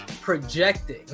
projecting